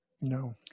No